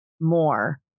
more